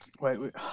wait